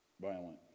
violent